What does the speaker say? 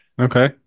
Okay